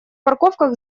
парковках